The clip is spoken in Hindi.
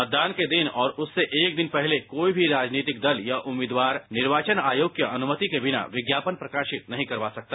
मतदान के दिन और उससे एक दिन पहले कोई भी राजनीतिक दल या उम्मीदवार निर्वाचन आयोग की अनुमति के बिना विज्ञापन प्रकाशित नहीं करवा सकता